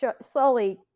slowly